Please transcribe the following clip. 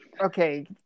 Okay